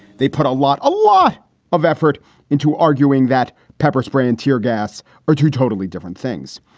they put a lot a lot of effort into arguing that pepper spray and tear gas are two totally different things.